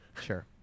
Sure